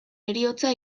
heriotza